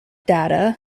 data